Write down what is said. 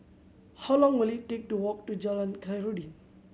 how long will it take to walk to Jalan Khairuddin